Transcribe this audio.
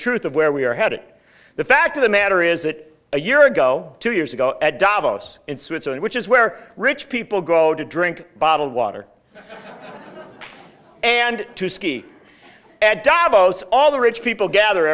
truth of where we are heading the fact of the matter is that a year ago two years ago at davos in switzerland which is where rich people go to drink bottled water and to ski at davos all the rich people gather